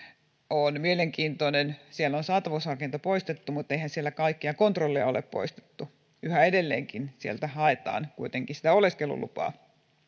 on mielenkiintoinen siellä on saatavuusharkinta poistettu mutta eihän siellä kaikkea kontrollia ole poistettu yhä edelleenkin sieltä haetaan kuitenkin sitä oleskelulupaa